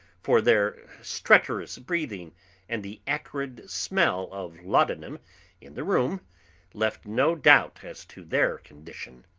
for their stertorous breathing and the acrid smell of laudanum in the room left no doubt as to their condition.